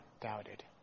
doubted